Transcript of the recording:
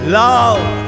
love